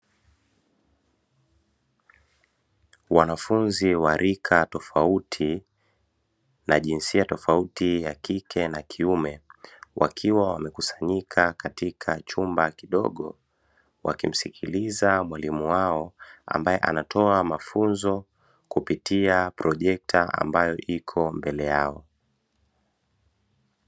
Wanafunzi wa rika tofauti, na jinsia tofauti ya kike na kiume, wakiwa wamekusanyika katika chumba kidogo, wakimsikiliza mwalimu wao ambaye anatoa mafunzo kupitia projekta ambayo iko mbele yao.